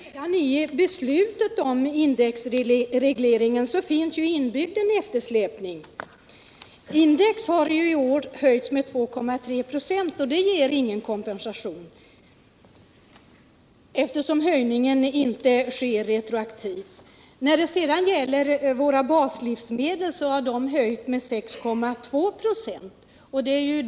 Herr talman! Redan i beslutet om indexregleringen finns en eftersläpning inbyggd. Index har ju i år höjts med 2,3 96, men det ger ingen kompensation, eftersom höjningen inte sker retroaktivt. Våra baslivsmedel har höjts med 6,2 26.